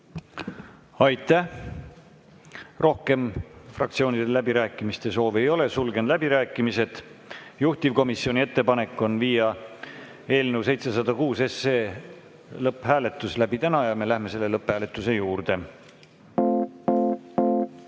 Aitäh! Rohkem fraktsioonidel läbirääkimiste soovi ei ole. Sulgen läbirääkimised. Juhtivkomisjoni ettepanek on viia eelnõu 706 lõpphääletus läbi täna ja me läheme lõpphääletuse juurde.